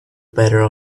better